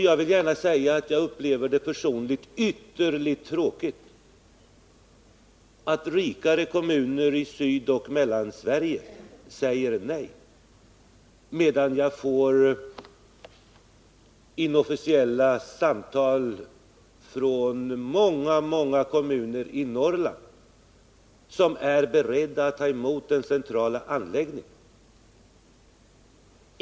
Jag vill gärna säga att jag själv upplever det som ytterst tråkigt att rikare kommuner i Sydoch Mellansverige säger nej samtidigt som jag får inofficiella samtal från åtskilliga kommuner i Norrland, vilka är beredda att ta emot den centrala anläggningen.